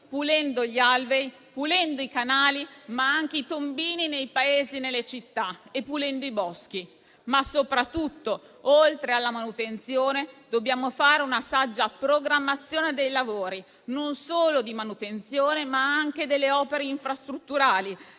pulendo gli alberi, pulendo i canali, ma anche i tombini nei paesi e nelle città, e pulendo i boschi. Soprattutto, oltre alla manutenzione, dobbiamo fare una saggia programmazione dei lavori relativi alle opere infrastrutturali,